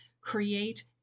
create